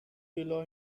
below